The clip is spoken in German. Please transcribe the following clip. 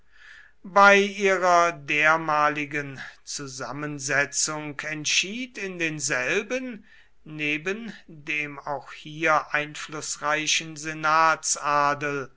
bei ihrer dermaligen zusammensetzung entschied in denselben neben dem auch hier einflußreichen